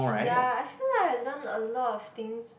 ya I feel like I learn a lot of things